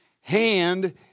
hand